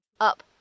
up